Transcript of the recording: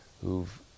who've